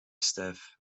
staff